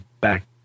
back